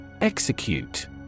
Execute